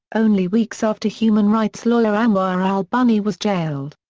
only weeks after human rights lawyer anwar al-bunni was jailed.